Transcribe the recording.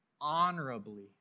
honorably